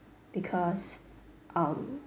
because um